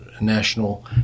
national